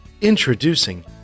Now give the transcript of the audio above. Introducing